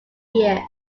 year